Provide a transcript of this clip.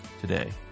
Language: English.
today